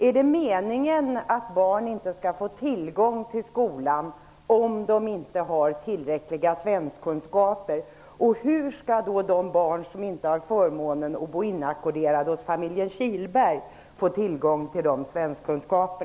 Är det meningen att barn inte skall få tillgång till skola om de inte har tillräckliga svenskkunskaper? Hur skall då de barn som inte har förmånen att bo inackorderade hos familjen Kihlberg få tillgång till dessa svenskkunskaper?